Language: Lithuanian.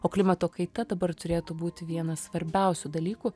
o klimato kaita dabar turėtų būti vienas svarbiausių dalykų